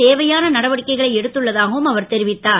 தேவையான நடவடிக்கைகளை எடுத்துள்ளதாகவும் அவர் தெரிவித்தார்